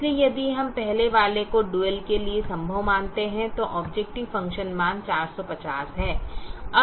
इसलिए यदि हम पहले वाले को डुअल के लिए संभव मानते हैं तो ऑबजेकटिव फ़ंक्शन मान 450 है